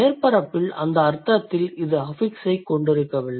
மேற்பரப்பில் அந்த அர்த்தத்தில் இது அஃபிக்ஸைக் கொண்டிருக்கவில்லை